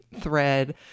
thread